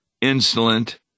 insolent